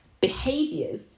behaviors